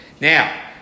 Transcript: Now